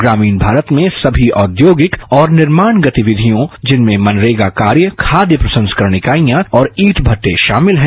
ग्रामीण भारत में सभी औद्योगिक और निर्माण गतिविधियों जिनमें मनरेगा कार्य खाद्य प्रसंस्करण इकाइयां और ईट भट्टे शामिल है